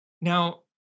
Now